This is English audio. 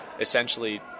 essentially